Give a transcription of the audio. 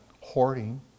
hoarding